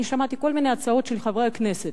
שמעתי כל מיני הצעות של חברי הכנסת,